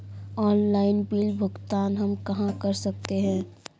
Offline bill भुगतान हम कहां कर सकते हैं?